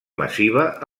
massiva